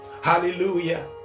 hallelujah